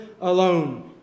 alone